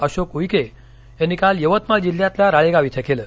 अशोक उईके यांनी काल यवतमाळ जिल्ह्यातल्या राळेगाव इथं केलं